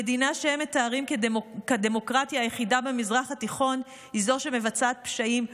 המדינה שהם מתארים כדמוקרטיה היחידה במזרח התיכון היא זו שמבצעת פשעים,